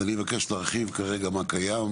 אז אני אבקש שתרחיב כרגע מה קיים,